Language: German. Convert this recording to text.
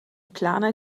planer